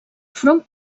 front